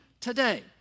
today